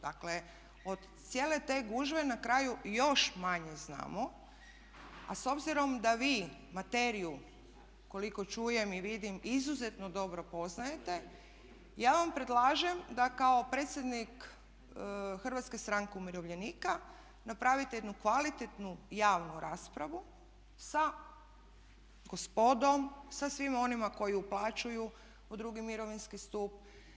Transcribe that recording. Dakle od cijele te gužve na kraju još manje znamo, a s obzirom da vi materiju koliko čujem i vidim izuzetno dobro poznajete ja vam predlažem da kao predsjednik Hrvatske stranke umirovljenika napravite jednu kvalitetu javnu raspravu sa gospodom, sa svim onima koji uplaćuju u drugim mirovinski stup.